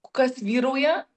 kas vyrauja